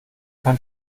kann